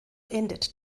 endet